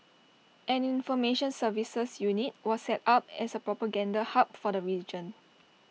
an information services unit was set up as A propaganda hub for the region